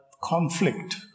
conflict